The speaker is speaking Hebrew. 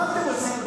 מה אתם עושים?